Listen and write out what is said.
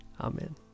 Amen